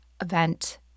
event –